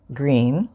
green